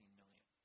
million